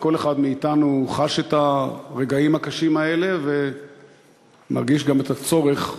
וכל אחד מאתנו חש את הרגעים הקשים האלה ומרגיש גם את הצורך,